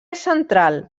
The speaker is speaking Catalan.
central